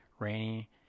rainy